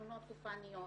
תלונות גופניות,